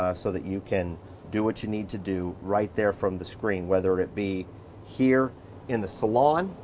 ah so that you can do what you need to do right there from the screen, whether it be here in the salon,